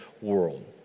world